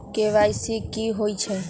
KYC कि होई छई?